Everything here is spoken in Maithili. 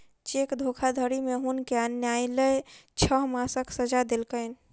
चेक धोखाधड़ी में हुनका न्यायलय छह मासक सजा देलकैन